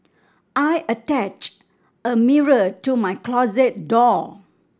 I attached a mirror to my closet door